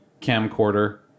camcorder